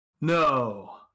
No